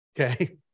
okay